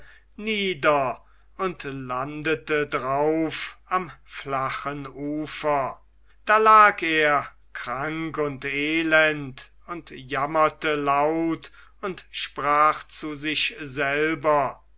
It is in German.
nieder und landete drauf am flachen ufer da lag er krank und elend und jammerte laut und sprach zu sich selber